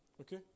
Okay